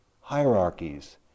hierarchies